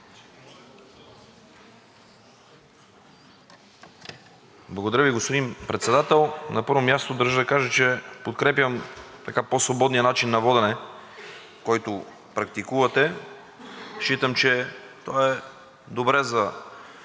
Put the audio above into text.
Благодаря Ви, господин Председател. На първо място, държа да кажа, че подкрепям по-свободния начин на водене, който практикувате. Считам, че той е добре за